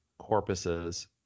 corpuses